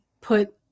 put